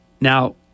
Now